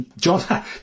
John